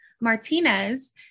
Martinez